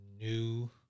new